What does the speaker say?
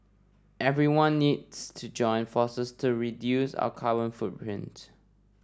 everyone needs to join forces to reduce our carbon footprint